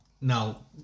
Now